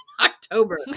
October